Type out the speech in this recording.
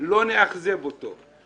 לא נאכזב אותו.